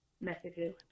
messages